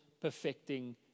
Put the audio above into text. perfecting